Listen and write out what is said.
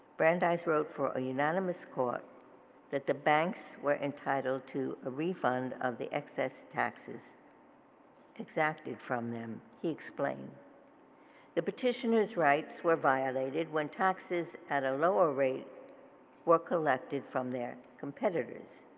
brandeis wrote for a unanimous court that the banks were entitled to a refund of the excess taxes exacted from them. he explained the petitioner's rights were violated when taxes at a lower rate were collected from their competitors.